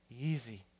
easy